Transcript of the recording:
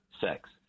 sex